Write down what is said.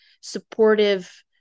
supportive